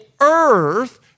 earth